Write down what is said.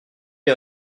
les